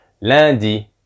lundi